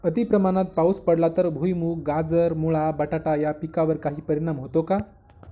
अतिप्रमाणात पाऊस पडला तर भुईमूग, गाजर, मुळा, बटाटा या पिकांवर काही परिणाम होतो का?